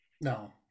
No